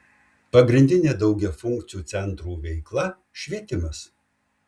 pagrindinė daugiafunkcių centrų veikla švietimas